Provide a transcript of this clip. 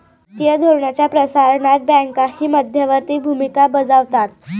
वित्तीय धोरणाच्या प्रसारणात बँकाही मध्यवर्ती भूमिका बजावतात